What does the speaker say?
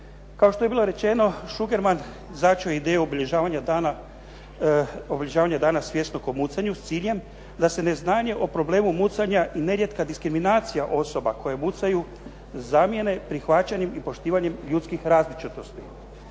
Kao što je bilo rečeno …/Govornik se ne razumije./…začeo ideju obilježavanja dana svjesnosti o mucanju, s ciljem da se neznanje o problemu mucanja i nerijetka diskriminacija osoba koje mucaju zamijene prihvaćanjem i poštivanjem ljudskih različitosti.